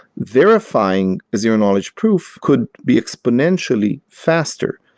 verifying a zero-knowledge proof could be exponentially faster.